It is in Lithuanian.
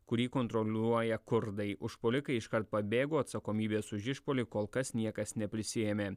kurį kontroliuoja kurdai užpuolikai iškart pabėgo atsakomybės už išpuolį kol kas niekas neprisiėmė